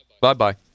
Bye-bye